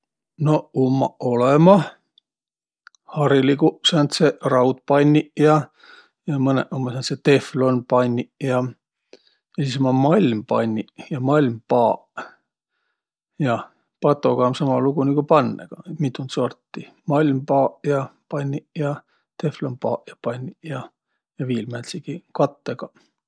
Noq ummaq olõmah hariliguq sääntseq raudpanniq ja. Ja mõnõq ummaq sääntseq deflonpanniq ja. Ja sis ummaq malmpanniq ja malmpaaq. Jah, patoga ummaq samaq luuq nigu pannõgaq, et mitund sorti. Malmpaaq ja -panniq ja deflonpaaq ja -panniq ja viil määntsegiq kattõgaq.